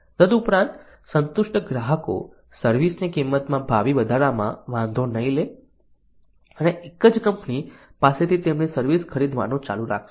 તદુપરાંત સંતુષ્ટ ગ્રાહકો સર્વિસ ની કિંમતમાં ભાવિ વધારામાં વાંધો નહીં લે અને એક જ કંપની પાસેથી તેમની સર્વિસ ખરીદવાનું ચાલુ રાખશે